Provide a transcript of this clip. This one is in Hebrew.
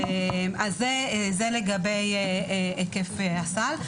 זה לגבי היקף הסל.